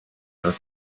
just